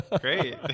great